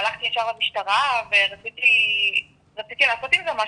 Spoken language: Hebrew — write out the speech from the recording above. הלכתי ישר למשטרה ורציתי לעשות עם זה משהו,